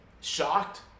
shocked